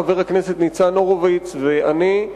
חבר הכנסת ניצן הורוביץ ואני.